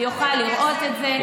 והוא יוכל לראות את זה.